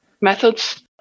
methods